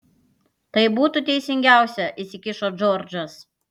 tai būtų teisingiausia įsikišo džordžas